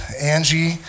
Angie